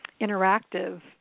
interactive